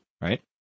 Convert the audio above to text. right